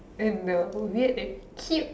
and uh weird and cute